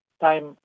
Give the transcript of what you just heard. time